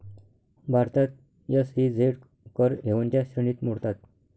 भारतात एस.ई.झेड कर हेवनच्या श्रेणीत मोडतात